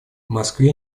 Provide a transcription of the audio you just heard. москве